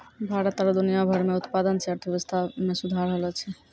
भारत आरु दुनिया भर मे उत्पादन से अर्थव्यबस्था मे सुधार होलो छै